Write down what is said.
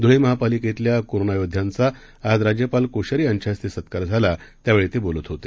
धुळेमहापालिकेतल्याकोरोनायोद्ध्यांचाआजराज्यपालकोश्यारीयांच्याहस्तेसत्कारझाला त्यावेळीतेबोलतहोते